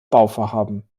bauvorhaben